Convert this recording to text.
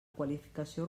qualificació